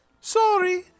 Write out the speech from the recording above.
Sorry